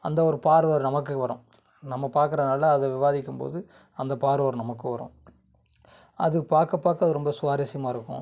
அந்த ஒரு பார்வை நமக்கு வரும் நம்ம பார்க்கறனாலதான் அது விவாதிக்கும்போது அந்த பார்வை நமக்கும் வரும் அது பார்க்க பார்க்க அது ரொம்ப சுவாரஸ்யமாக இருக்கும்